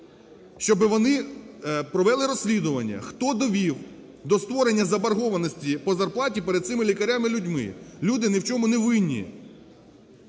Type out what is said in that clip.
щоби вони провели розслідування, хто довів до створення заборгованості по зарплаті перед цими лікарями, людьми. Люди ні в чому не винні.